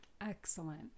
Excellent